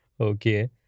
Okay